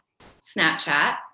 Snapchat